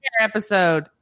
episode